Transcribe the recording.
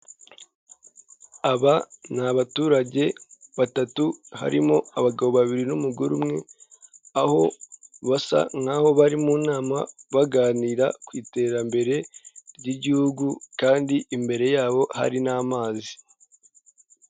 Aba ni abaturage batatu harimo abagabo babiri n'umugore umwe aho basa nkaho bari mu nama baganira ku iterambere ry'igihugu kandi imbere yabo hari n'amazi.